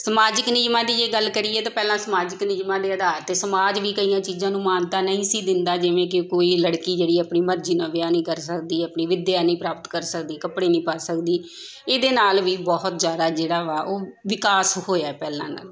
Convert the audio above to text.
ਸਮਾਜਿਕ ਨਿਯਮਾਂ ਦੀ ਜੇ ਗੱਲ ਕਰੀਏ ਤਾਂ ਪਹਿਲਾਂ ਸਮਾਜਿਕ ਨਿਯਮਾਂ ਦੇ ਅਧਾਰ 'ਤੇ ਸਮਾਜ ਵੀ ਕਈਆਂ ਚੀਜ਼ਾਂ ਨੂੰ ਮਾਨਤਾ ਨਹੀਂ ਸੀ ਦਿੰਦਾ ਜਿਵੇਂ ਕਿ ਕੋਈ ਲੜਕੀ ਜਿਹੜੀ ਆਪਣੀ ਮਰਜ਼ੀ ਨਾਲ ਵਿਆਹ ਨਹੀਂ ਕਰ ਸਕਦੀ ਆਪਣੀ ਵਿੱਦਿਆ ਨਹੀਂ ਪ੍ਰਾਪਤ ਕਰ ਸਕਦੀ ਕੱਪੜੇ ਨਹੀਂ ਪਾ ਸਕਦੀ ਇਹਦੇ ਨਾਲ ਵੀ ਬਹੁਤ ਜ਼ਿਆਦਾ ਜਿਹੜਾ ਵਾ ਉਹ ਵਿਕਾਸ ਹੋਇਆ ਪਹਿਲਾਂ ਨਾਲੋਂ